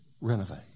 renovate